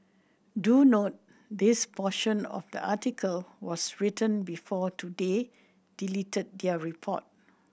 do note this portion of the article was written before Today deleted their report